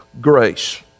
grace